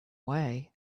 way